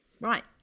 Right